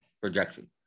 projection